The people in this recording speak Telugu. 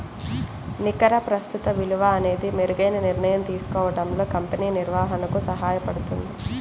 నికర ప్రస్తుత విలువ అనేది మెరుగైన నిర్ణయం తీసుకోవడంలో కంపెనీ నిర్వహణకు సహాయపడుతుంది